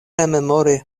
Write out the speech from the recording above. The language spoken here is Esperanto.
rememori